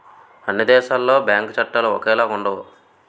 అన్ని దేశాలలో బ్యాంకు చట్టాలు ఒకేలాగా ఉండవు